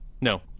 No